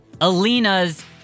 Alina's